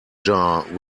jar